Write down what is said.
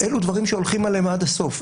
אלו דברים שהולכים עליהם עד הסוף,